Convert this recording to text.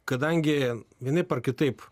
kadangi vienaip ar kitaip